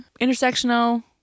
intersectional